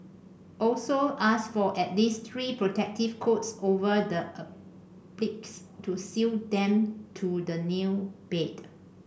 also ask for at least three protective coats over the appliques to seal them to the nail bed